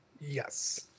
Yes